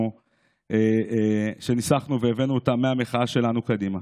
שניסחנו והבאנו אותן מהמחאה שלנו קדימה.